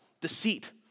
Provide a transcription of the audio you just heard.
deceit